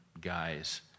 guys